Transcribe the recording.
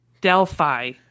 Delphi